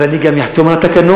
ואני גם אחתום על התקנות,